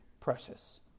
precious